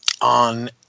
on